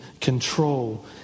control